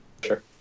Sure